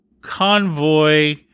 convoy